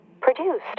Produced